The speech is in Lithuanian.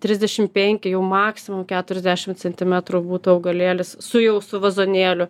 trisdešim penki jau maksimum keturiasdešim centimetrų būtų augalėlis su jau su vazonėliu